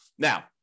Now